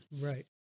Right